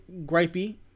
gripey